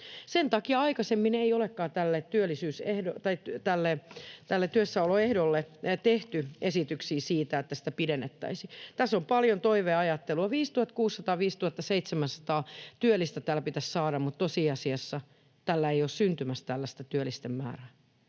Sen takia aikaisemmin ei olekaan tästä työssäoloehdosta tehty esityksiä siitä, että sitä pidennettäisiin. Tässä on paljon toiveajattelua: 5 600—5 700 työllistä tällä pitäisi saada, mutta tosiasiassa tällä ei ole syntymässä tällaista työllisten määrää.